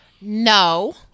No